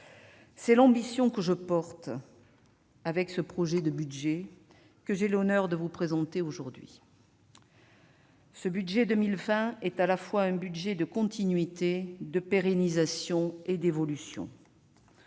C'est l'ambition que je porte avec le projet de budget que j'ai l'honneur de vous présenter aujourd'hui. Ce budget pour 2020 est à la fois un budget de continuité, de pérennisation et d'évolution.